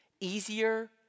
easier